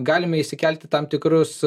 galime išsikelti tam tikrus